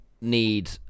Need